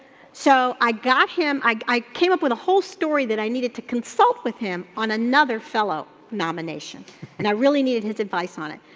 so, i got him, i came up with a whole story that i needed to consult with him on another fellow nomination and i really needed his advice on it.